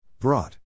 Brought